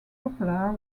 popular